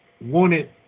wanted